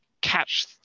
catch